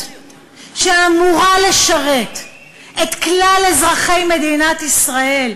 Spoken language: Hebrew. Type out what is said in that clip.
שאמורה לשרת את כלל אזרחי מדינת ישראל,